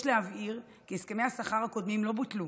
יש להבהיר כי הסכמי השכר הקודמים לא בוטלו,